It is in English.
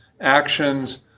actions